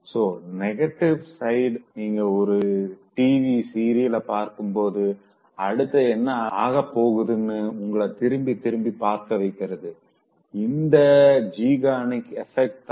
so negative சைட்ல நீங்க ஒரு டிவி சீரியல் பார்க்கும் போது அடுத்து என்ன ஆகப்போகுதுனு உங்கள திரும்ப திரும்ப பார்க்க வைக்கிறது இந்த ஸெய்ஹ்னரிக் எபெக்ட் தான்